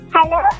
Hello